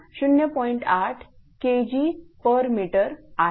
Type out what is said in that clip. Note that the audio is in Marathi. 8 Kgm आहे